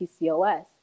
PCOS